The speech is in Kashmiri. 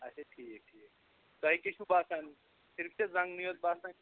اچھا ٹھیٖک ٹھیٖک تۄہہِ کیٛاہ چھُو باسان صرف چھی ژےٚ زنٛگنٕے یوت باسان